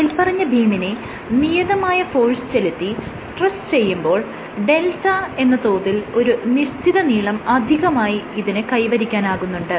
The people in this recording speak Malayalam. മേല്പറഞ്ഞ ബീമിനെ നിയതമായ ഫോഴ്സ് ചെലുത്തി സ്ട്രെച് ചെയ്യുമ്പോൾ δ എന്ന തോതിൽ ഒരു നിശ്ചിത നീളം അധികമായി ഇതിന് കൈവരിക്കാനാകുന്നുണ്ട്